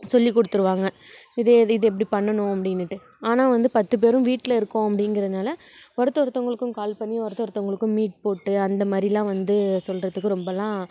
சொல்லிக் கொடுத்துருவாங்க இது எ இது இப்படி பண்ணனும் அப்படின்னுட்டு ஆனால் வந்து பத்து பேரும் வீட்டில் இருக்கோம் அப்படிங்கிறனால ஒருத்தர் ஒருத்தவங்களுக்கும் கால் பண்ணி ஒருத்தர் ஒருத்தவங்களுக்கும் மீட் போட்டு அந்த மாதிரிலாம் வந்து சொல்கிறதுக்கு ரொம்பல்லாம்